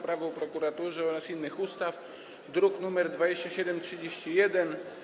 Prawo o prokuraturze oraz innych ustaw, druk nr 2731.